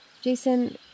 Jason